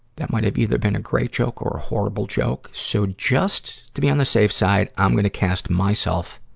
that might have either been a great joke or a horrible joke, so just to be on the safe side, i'm gonna cast myself,